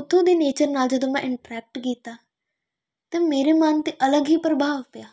ਉੱਥੋਂ ਦੇ ਨੇਚਰ ਨਾਲ ਜਦੋਂ ਮੈਂ ਇੰਟਰੈਕਟ ਕੀਤਾ ਤਾਂ ਮੇਰੇ ਮਨ 'ਤੇ ਅਲੱਗ ਹੀ ਪ੍ਰਭਾਵ ਪਿਆ